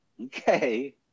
Okay